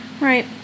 Right